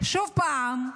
עוד פעם,